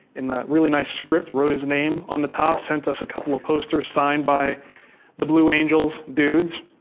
in that really nice script, wrote his name on the top, sent us a couple of posters signed by the blue angels dudes,